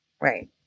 Right